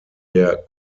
der